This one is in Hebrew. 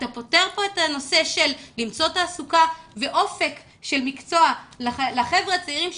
אתה פותר פה את הנושא של למצוא תעסוקה ואופק של מקצוע לחבר'ה הצעירים,